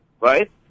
Right